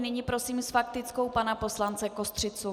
Nyní prosím s faktickou pana poslance Kostřicu.